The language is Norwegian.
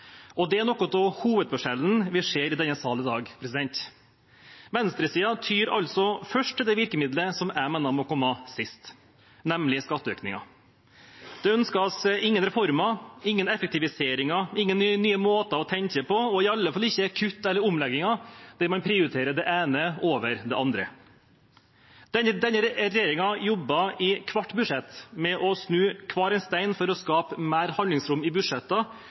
og det er noe av hovedforskjellen vi ser i denne salen i dag. Venstresiden tyr først til det virkemidlet som jeg mener må komme sist, nemlig skatteøkninger. Det ønskes ingen reformer, ingen effektiviseringer, ingen nye måter å tenke på og iallfall ikke kutt eller omlegginger der man prioriterer det ene over det andre. Denne regjeringen jobber i hvert budsjett med å snu hver stein for å skape mer handlingsrom i